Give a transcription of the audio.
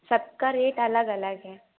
सबका रेट अलग अलग है